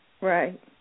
Right